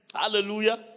Hallelujah